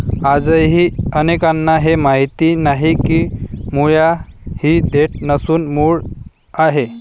आजही अनेकांना हे माहीत नाही की मुळा ही देठ नसून मूळ आहे